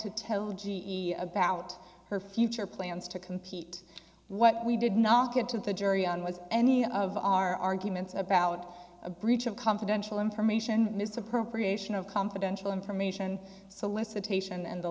to tell g e about her future plans to compete what we did not get to the jury on was any of our arguments about a breach of confidential information misappropriation of confidential information solicitation and the